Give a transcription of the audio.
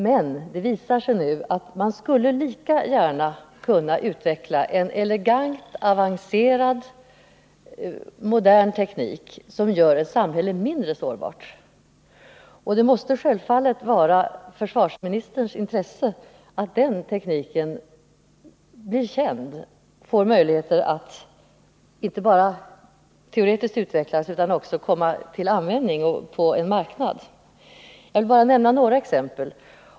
Men det visar sig nu att det är fullt möjligt att utveckla en elegant och avancerad teknik, som gör ett samhälle mindre sårbart. Det måste självfallet vara i försvarsministerns intresse att den tekniken blir känd och får möjligheter att inte bara tekniskt utvecklas utan också komma till användning och få en marknad. Jag vill nämna bara några exempel.